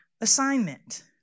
assignment